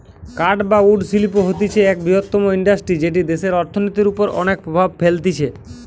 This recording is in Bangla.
কাঠ বা উড শিল্প হতিছে এক বৃহত্তম ইন্ডাস্ট্রি যেটি দেশের অর্থনীতির ওপর অনেক প্রভাব ফেলতিছে